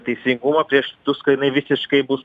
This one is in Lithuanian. teisingumą prieš tuską jinai visiškai bus